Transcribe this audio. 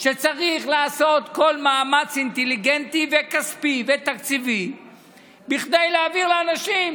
צריך לעשות כל מאמץ אינטליגנטי וכספי ותקציבי כדי להעביר לאנשים,